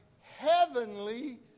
heavenly